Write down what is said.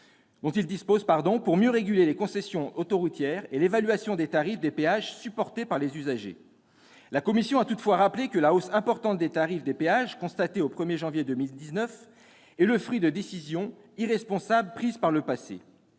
dont il dispose pour mieux réguler les concessions autoroutières et l'évolution des tarifs des péages supportés par les usagers. La commission a toutefois rappelé que la hausse importante des tarifs des péages constatée au 1 février 2019 est le fruit de décisions irresponsables prises par le passé.